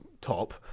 top